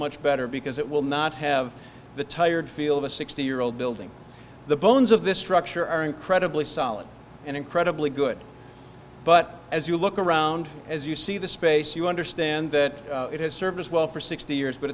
much better because it will not have the tired feel of a sixty year old building the bones of this structure are incredibly solid and incredibly good but as you look around as you see the space you understand that it has served us well for sixty years but